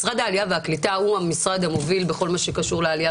משרד העלייה והקליטה הוא המשרד המוביל בכל מה שקשור לעלייה